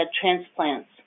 transplants